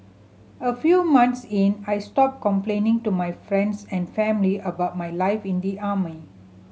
a few months in I stopped complaining to my friends and family about my life in the army